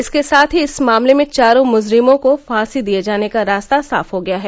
इसके साथ ही इस मामले में चारों मुजरिमों को फांसी दिये जाने का रास्ता साफ हो गया है